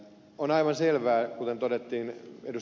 on aivan selvää kuten todettiin ed